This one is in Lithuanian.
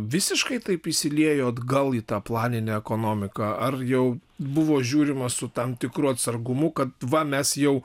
visiškai taip įsiliejo atgal į tą planinę ekonomiką ar jau buvo žiūrima su tam tikru atsargumu kad va mes jau